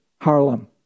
Harlem